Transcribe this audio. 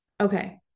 Okay